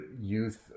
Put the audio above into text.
youth